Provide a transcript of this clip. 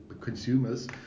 consumers